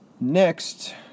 Next